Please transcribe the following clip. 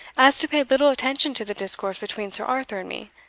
as to pay little attention to the discourse between sir arthur and me,